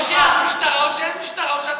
או שיש משטרה או שאין משטרה.